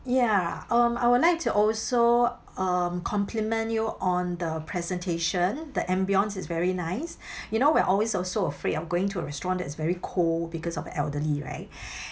ya um I would like to also um compliment you on the presentation the ambience is very nice you know we're always also afraid of going to a restaurant that is very cold because of elderly right